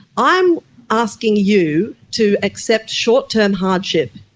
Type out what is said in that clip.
i'm asking you to accept short-term hardship